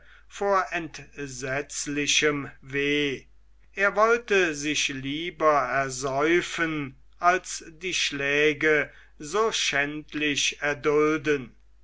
vor entsetzlichem weh er wollte sich lieber ersäufen als die schläge so schändlich erdulden